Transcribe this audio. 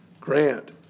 Grant